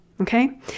Okay